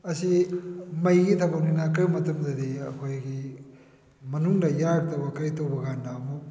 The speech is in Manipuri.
ꯑꯁꯤ ꯃꯩꯒꯤ ꯊꯕꯛꯅꯤꯅ ꯀꯔꯤꯒꯨꯝꯕ ꯃꯇꯝꯗꯗꯤ ꯑꯩꯈꯣꯏꯒꯤ ꯃꯅꯨꯡꯗ ꯌꯥꯔꯛꯇꯕ ꯀꯔꯤ ꯇꯧꯕ ꯀꯥꯟꯗ